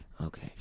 Okay